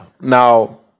Now